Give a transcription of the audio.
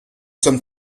sommes